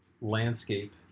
landscape